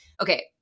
Okay